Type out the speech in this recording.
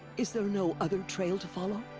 is there no other trail to follow?